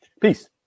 Peace